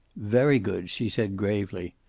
very good, she said gravely.